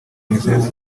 mwiseneza